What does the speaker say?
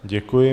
Děkuji.